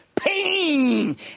pain